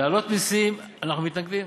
להעלות מסים, אנחנו מתנגדים.